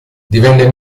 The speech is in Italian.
divenne